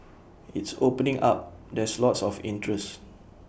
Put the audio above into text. it's opening up there's lots of interest